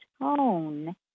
tone